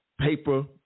Paper